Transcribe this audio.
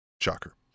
Shocker